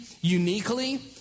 uniquely